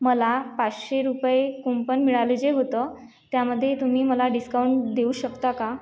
मला पाचशे रुपये कुंपन मिळालं जे होतं त्यामध्ये तुम्ही मला डिस्काउंट देऊ शकता का